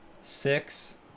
six